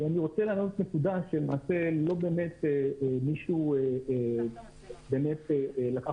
אני רוצה להעלות נקודה שלמעשה לא באמת מישהו לקח אותה בחשבון.